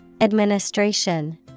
Administration